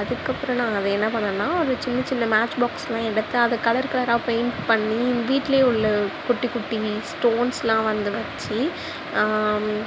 அதுக்கப்புறோம் நான் அதை என்ன பண்ணேன்னால் அது சின்ன சின்ன மேட்ச் பாக்ஸ் எடுத்து அதை கலர் கலராக பெயிண்ட் பண்ணி வீட்டிலேயே உள்ள குட்டி குட்டி ஸ்டோன்ஸெலாம் வந்து வச்சு